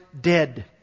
dead